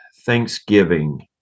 Thanksgiving